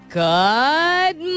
good